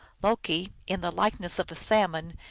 loki, in the likeness of a salmon,